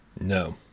No